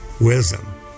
Wisdom